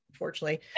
unfortunately